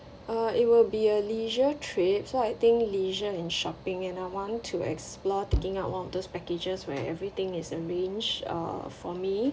uh it will be a leisure trip so I think leisure in shopping and I want to explore taking out one of those packages where everything is arranged uh for me